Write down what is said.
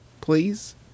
please